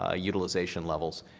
ah utilization levels.